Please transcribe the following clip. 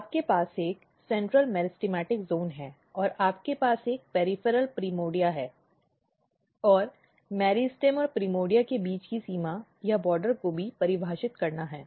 आपके पास एक केंद्रीय मेरिस्टेमेटिक ज़ोन है और आपके पास एक पेरिफेरल प्राइमर्डिया है और मेरिस्टेम और प्राइमर्डिया के बीच की सीमा या बॉर्डर को भी परिभाषित करना है